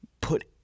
put